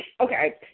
okay